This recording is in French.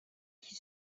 qui